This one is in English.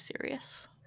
serious